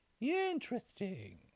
Interesting